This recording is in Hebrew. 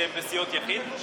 שהן בסיעות יחיד,